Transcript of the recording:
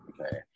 Okay